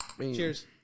Cheers